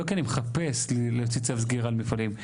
לא כי אני מחפש להוציא צו סגירה למפעלים.